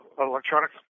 electronics